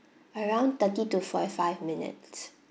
around thirty to forty five minutes